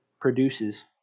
produces